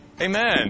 Amen